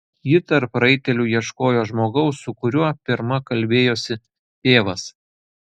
ji tarp raitelių ieškojo žmogaus su kuriuo pirma kalbėjosi tėvas